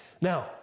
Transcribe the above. Now